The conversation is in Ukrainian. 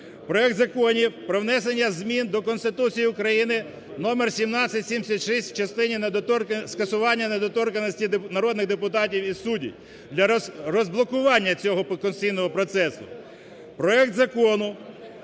проект законів про внесення змін до Конституції України (номер 1776) в частині скасування недоторканості народних депутатів і суддів для розблокування цього конституційного процесу,